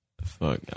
Fuck